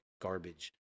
garbage